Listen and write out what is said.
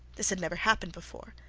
this had never happened before,